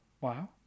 Wow